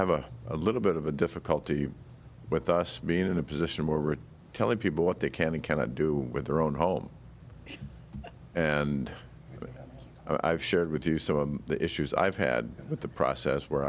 have a little bit of a difficulty with us being in a position where we're telling people what they can and cannot do with their own home and i've shared with you so the issues i've had with the process where